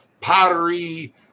pottery